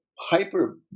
hyper